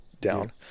down